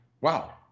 Wow